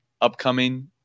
upcoming